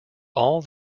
all